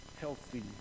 healthy